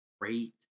great